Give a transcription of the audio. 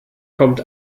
kommt